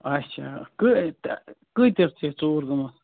اَچھا کہٕ کۭتِس چھِ ژوٗ ر گٔمٕژ